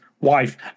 wife